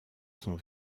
sont